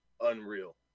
unreal